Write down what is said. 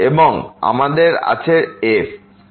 এবং আমাদের আছে f